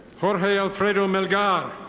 jorge alfredo melgar.